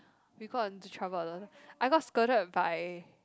we got into trouble a I got scolded by